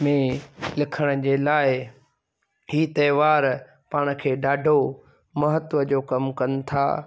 में लिखण जे लाइ हीउ त्योहार पाण खे ॾाढो महत्व जो कमु कनि था